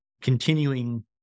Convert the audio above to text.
continuing